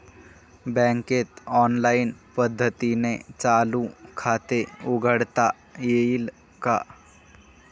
बँकेत ऑनलाईन पद्धतीने चालू खाते उघडता येईल का?